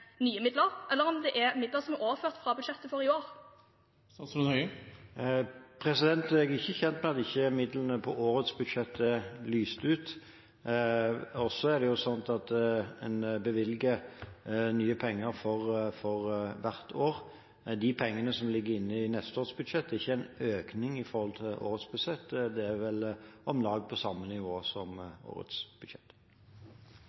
nye midler, eller om det er midler som er overført fra budsjettet for i år. Jeg er ikke kjent med at ikke midlene på årets budsjett er lyst ut, og det er jo sånn at en bevilger nye penger for hvert år. De pengene som ligger inne i neste års budsjett, er ikke en økning i forhold til årets budsjett. Det er vel om lag på samme nivå som